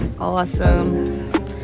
awesome